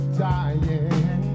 dying